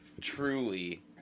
truly